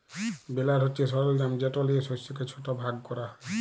বেলার হছে সরলজাম যেট লিয়ে শস্যকে ছট ভাগ ক্যরা হ্যয়